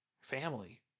family